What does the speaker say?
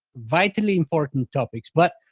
vitally important topics, but,